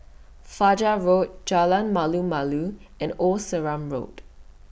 Fajar Road Jalan Malu Malu and Old Sarum Road